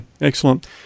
excellent